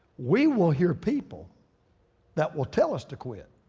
we will hear people that will tell us to quit.